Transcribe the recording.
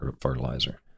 fertilizer